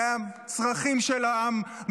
מהצרכים של העם,